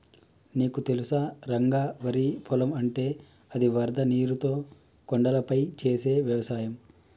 నీకు తెలుసా రంగ వరి పొలం అంటే అది వరద నీరుతో కొండలపై చేసే వ్యవసాయం